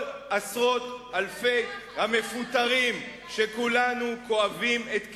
כל עשרות אלפי המפוטרים שכולנו כואבים את כאבם,